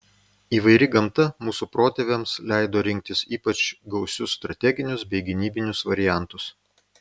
įvairi gamta mūsų protėviams leido rinktis ypač gausius strateginius bei gynybinius variantus